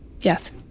Yes